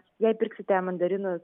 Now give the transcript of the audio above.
jei pirksite mandarinus